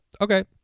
Okay